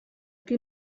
qui